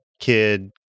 kid